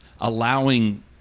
allowing